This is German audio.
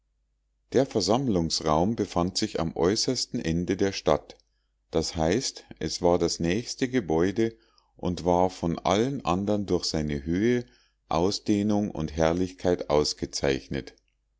der versammlungsraum befand sich am äußersten ende der stadt das heißt es war das nächste gebäude und war vor allen andern durch seine höhe ausdehnung und herrlichkeit ausgezeichnet